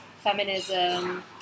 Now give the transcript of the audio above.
feminism